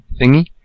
thingy